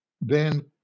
then-